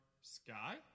sky